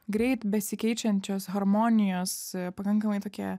greit besikeičiančios harmonijos pakankamai tokie